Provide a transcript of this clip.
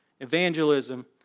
evangelism